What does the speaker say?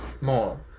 more